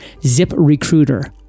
ZipRecruiter